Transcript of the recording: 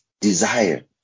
desire